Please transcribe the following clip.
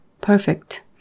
perfect